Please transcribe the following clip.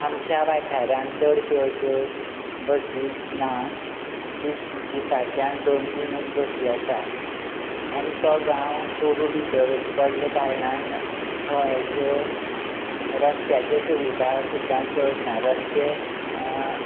आमच्या वाठारांत चडश्यो अश्यो बसी ना दिसाच्यान दोन तीनच बसी आसा आनी तो गांव खूब भितर पडले कारणान थंय अश्यो रस्त्याच्यो सुविधा सुद्दां चड ना रस्ते